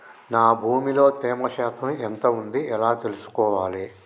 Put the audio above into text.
నా భూమి లో తేమ శాతం ఎంత ఉంది ఎలా తెలుసుకోవాలే?